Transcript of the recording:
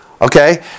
Okay